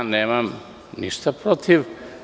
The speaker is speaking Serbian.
Nemam ništa protiv.